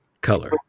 color